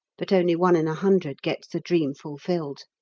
but only one in a hundred gets the dream fulfilled.